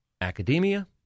academia